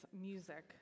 music